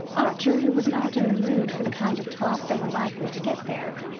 archer, who was not in the mood for the kind of talk they were likely to get there,